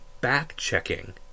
back-checking